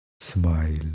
smile